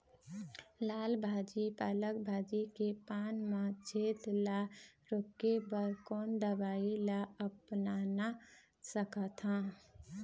लाल भाजी पालक भाजी के पान मा छेद ला रोके बर कोन दवई ला अपना सकथन?